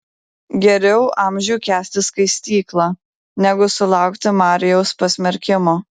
geriau amžių kęsti skaistyklą negu sulaukti marijaus pasmerkimo